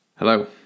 Hello